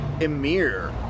Emir